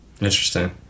interesting